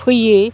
फैयो